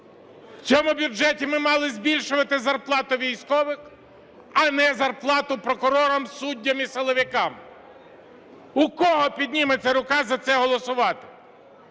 В цьому бюджеті ми мали збільшувати зарплату військових, а не зарплату прокурорам, суддям і силовикам. У кого підніметься рука за це голосувати?